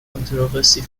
controversy